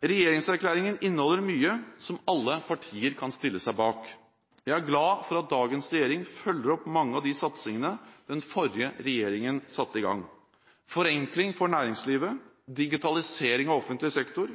Regjeringserklæringen inneholder mye som alle partier kan stille seg bak. Jeg er glad for at dagens regjering følger opp mange av de satsingene den forrige regjeringen satte i gang, som forenkling for næringslivet, digitalisering av offentlig sektor,